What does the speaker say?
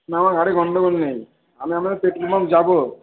না আমার গাড়ি গণ্ডগোল নেই আমি আপনার পেট্রোল পাম্প যাব